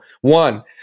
One